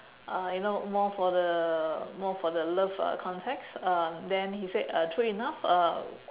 uh you know more for the more for the love uh context uh then he said uh true enough uh